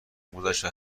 گذشت